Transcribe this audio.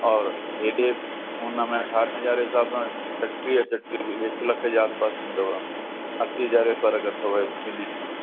और एॾे हुनमें अरिड़हं हज़ार जे हिसाब सां छटीह छटीह हिक लख जे आस पास थींदव असीं हज़ार जो फ़रकु अथव ॿिन्हीनि में